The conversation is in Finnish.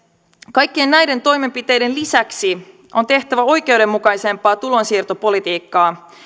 kaikkien näiden toimenpiteiden lisäksi on tehtävä oikeudenmukaisempaa tulonsiirtopolitiikkaa